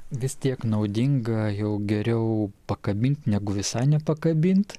vis tiek naudinga jau geriau pakabint negu visai nepakabint